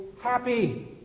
happy